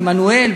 עמנואל,